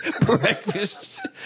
breakfast